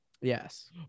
Yes